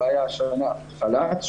הבעיה השנה החל"ת,